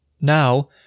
Now